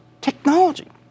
technology